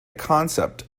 concept